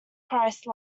price